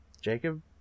Jacob